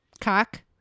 Cock